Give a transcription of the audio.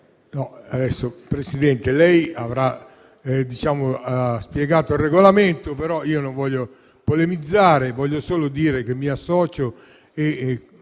Presidente, lei avrà anche spiegato il Regolamento. Io non voglio polemizzare, voglio solo dire che mi associo,